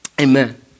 Amen